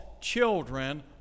children